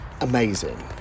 amazing